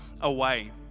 away